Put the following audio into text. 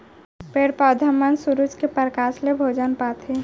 पेड़ पउधा मन सुरूज के परकास ले भोजन पाथें